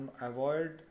avoid